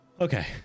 okay